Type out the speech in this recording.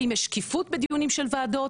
האם יש שקיפות בדיונים של ועדות?